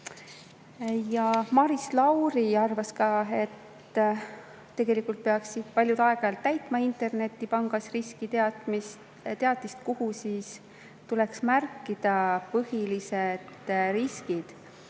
Maris Lauri arvas ka, et tegelikult peaksid paljud aeg-ajalt täitma internetipangas riskiteatise, kuhu tuleks märkida põhilised riskid.